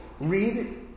Read